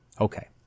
Okay